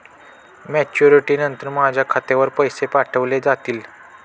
Maturity नंतर माझ्या खात्यावर पैसे पाठविले जातील?